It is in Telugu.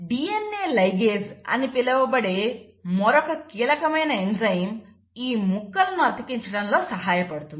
DNA లైగేస్ అని పిలవబడే మరొక కీలకమైన ఎంజైమ్ ఈ ముక్కలను అతికించటం లో సహాయపడుతుంది